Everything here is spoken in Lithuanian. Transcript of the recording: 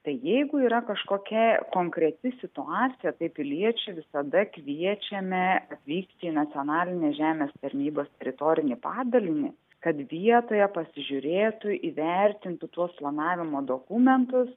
tai jeigu yra kažkokia konkreti situacija tai piliečiai visada kviečiami atvykti į nacionalinės žemės tarnybos teritorinį padalinį kad vietoje pasižiūrėtų įvertintų tuos planavimo dokumentus